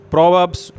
Proverbs